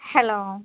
hello